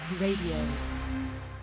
Radio